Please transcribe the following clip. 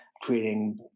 creating